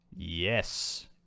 Yes